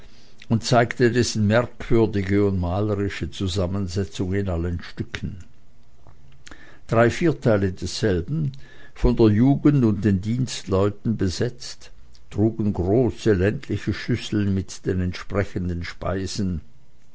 und zeigte dessen merkwürdige und malerische zusammensetzung in allen stücken drei vierteile desselben von der jugend und den dienstleuten besetzt trugen große ländliche schüsseln mit den entsprechenden speisen